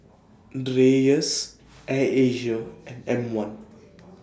Dreyers Air Asia and M one